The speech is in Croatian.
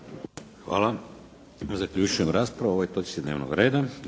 Hvala. Time zaključujem raspravu o ovoj točci dnevnog reda.